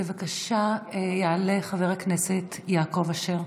בבקשה, יעלה חבר הכנסת יעקב אשר.